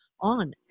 on